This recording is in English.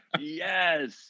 yes